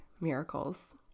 miracles